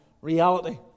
reality